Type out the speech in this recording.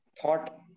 thought